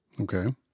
Okay